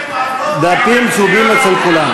דפים כתובים אצל כולם.